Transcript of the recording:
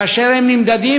כאשר הם נמדדים,